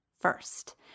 first